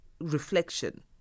reflection